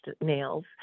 nails